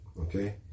Okay